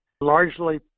largely